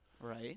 Right